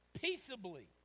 peaceably